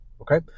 okay